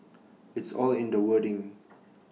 it's all in the wording